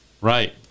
Right